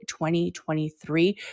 2023